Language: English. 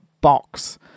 box